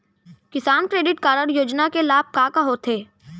किसान credit card योजना के लाभ का का होथे?